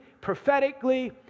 prophetically